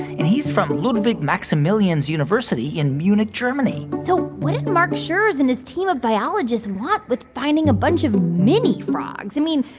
and he's from ludwig maximilians university in munich, germany so what does and mark scherz and his team of biologists want with finding a bunch of mini frogs? i mean,